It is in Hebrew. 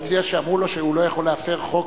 אני מציע שאמרו לו שהוא לא יכול להפר חוק,